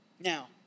Now